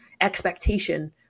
expectation